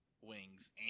wings